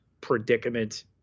predicament